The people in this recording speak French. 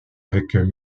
avec